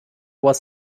was